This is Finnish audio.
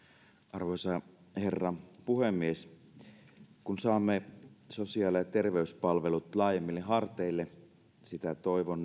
arvoisa herra puhemies kun saamme sosiaali ja terveyspalvelut laajemmille harteille sitä toivon